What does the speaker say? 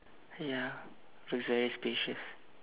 ya feels very spacious